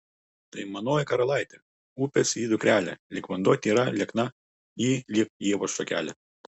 tai manoji karalaitė upės ji dukrelė lyg vanduo tyra liekna ji lyg ievos šakelė